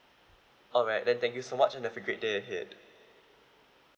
alright then thank you so much have a great day ahead